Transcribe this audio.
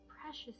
precious